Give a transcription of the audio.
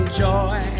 joy